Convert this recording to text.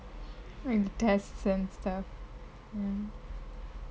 like test and stuff ya